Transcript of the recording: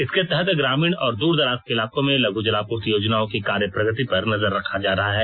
इसके तहत ग्रामीण और दूरदराज के इलाकों में लघ् जलापूर्ति योजनाओं की कार्य प्रगति पर नजर रखा जा रहा है